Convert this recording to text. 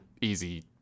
easy